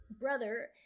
brother